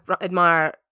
admire